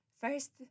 First